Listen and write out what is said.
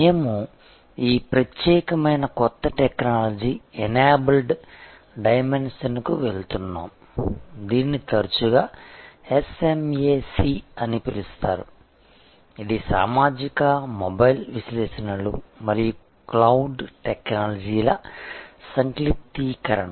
మేము ఈ ప్రత్యేకమైన కొత్త టెక్నాలజీ ఎనేబుల్డ్ డైమెన్షన్కు వెళ్తున్నాము దీనిని తరచుగా SMAC అని పిలుస్తారు ఇది సామాజిక మొబైల్ విశ్లేషణలు మరియు క్లౌడ్ టెక్నాలజీల సంక్షిప్తీకరణ